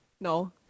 No